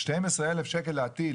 12,000 שקל להטיל